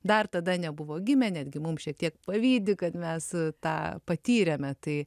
dar tada nebuvo gimę netgi mum šiek tiek pavydi kad mes tą patyrėme tai